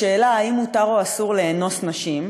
בשאלה אם מותר או אסור לאנוס נשים,